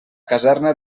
caserna